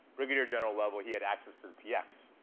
brigadier general level, he had access to the px,